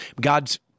God's